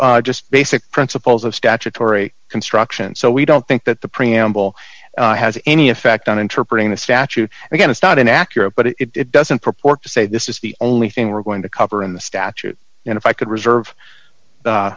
to just basic principles of statutory construction so we don't think that the preamble has any effect on interpreting the statute again it's not an accurate but it doesn't purport to say this is the only thing we're going to cover in the statute and if i could reserve a